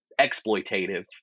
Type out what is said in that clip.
exploitative